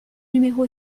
numéro